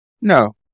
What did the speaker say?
no